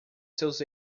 seus